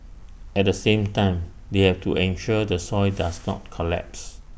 at the same time they have to ensure the soil does not collapse